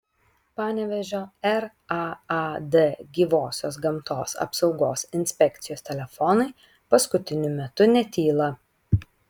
panevėžio raad gyvosios gamtos apsaugos inspekcijos telefonai paskutiniu metu netyla